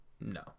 No